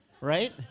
Right